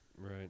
Right